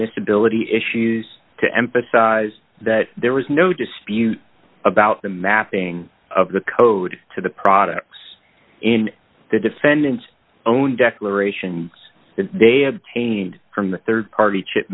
admissibility issues to emphasize that there was no dispute about the mapping of the code to the products in the defendant's own declaration that they obtained from the rd party chip